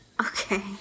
okay